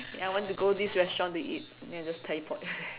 ya want to go this restaurant to eat then I just teleport